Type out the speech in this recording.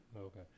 okay